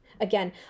again